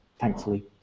thankfully